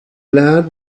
land